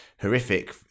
Horrific